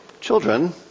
Children